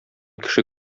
кеше